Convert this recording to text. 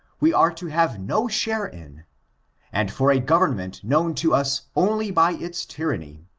we are to have no share in and for a government known to us only by its tyranny,